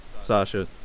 Sasha